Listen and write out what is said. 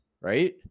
right